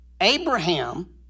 Abraham